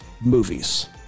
movies